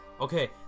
Okay